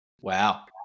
Wow